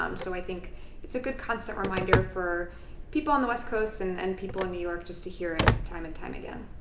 um so i think it's a good constant reminder for people on the west coast and and people in new york just to hear it, time and time again.